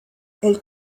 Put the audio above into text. elle